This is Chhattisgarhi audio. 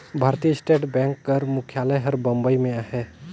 भारतीय स्टेट बेंक कर मुख्यालय हर बंबई में अहे